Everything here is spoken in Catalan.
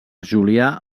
julià